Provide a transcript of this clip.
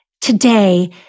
today